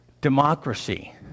democracy